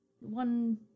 One